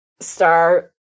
Star